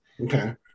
okay